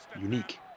unique